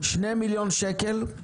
2 מיליון שקל,